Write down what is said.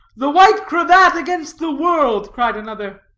the white cravat against the world! cried another.